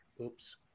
Oops